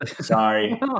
sorry